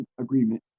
agreement